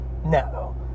No